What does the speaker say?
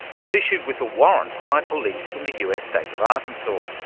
was issued with a warrant by police in the us state of arkansas.